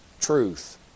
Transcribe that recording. Truth